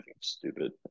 stupid